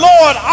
Lord